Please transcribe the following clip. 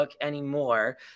anymore